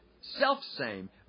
self-same